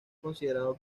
considerado